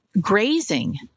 grazing